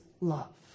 love